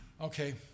Okay